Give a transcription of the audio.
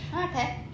okay